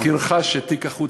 חבר הכנסת שרון גל,